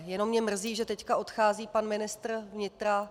Jenom mě mrzí, že teď odchází pan ministr vnitra...